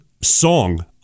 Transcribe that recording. song